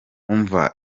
umva